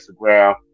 Instagram